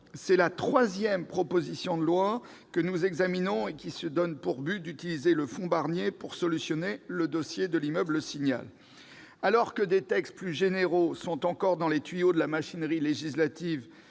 c'est la troisième proposition de loi que nous examinons ayant pour objet d'utiliser le fonds Barnier afin de résoudre le problème de l'immeuble Le Signal. Alors que des textes plus généraux sont encore dans les tuyaux de la machinerie législative,